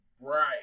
Right